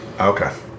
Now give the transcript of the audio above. Okay